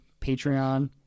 Patreon